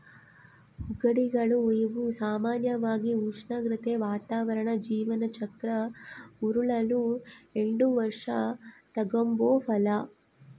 ಹೂಗಿಡಗಳು ಇವು ಸಾಮಾನ್ಯವಾಗಿ ಉಷ್ಣಾಗ್ರತೆ, ವಾತಾವರಣ ಜೀವನ ಚಕ್ರ ಉರುಳಲು ಎಲ್ಡು ವರ್ಷ ತಗಂಬೋ ಫಲ